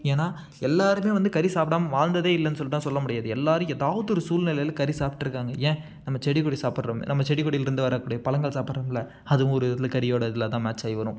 ஏன்னால் எல்லோருமே வந்து கறி சாப்பிடாம வாழ்ந்ததே இல்லைன்னு சொல்லிட்டுலாம் சொல்ல முடியாது எல்லோரும் ஏதாவது ஒரு சூழ்நிலைல கறி சாப்பிட்ருக்காங்க ஏன் நம்ம செடி கொடி சாப்பிட்றோன்னு நம்ம செடி கொடியிலேருந்து வரக்கூடிய பழங்கள் சாப்பிட்றோம்ல அதுவும் ஒரு விதத்தில் கறியோடய இதில் தான் மேட்ச்சாகி வரும்